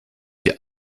die